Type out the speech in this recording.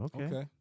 Okay